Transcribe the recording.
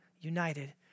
united